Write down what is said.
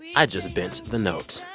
i just bent the note ooh